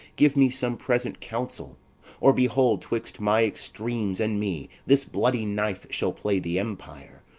give me some present counsel or, behold, twixt my extremes and me this bloody knife shall play the empire,